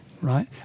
Right